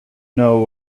know